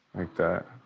like that.